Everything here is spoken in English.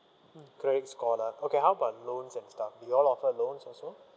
mm credit score lah okay how about loans and stuff do you all offer loans also